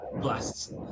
blasts